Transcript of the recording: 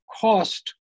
cost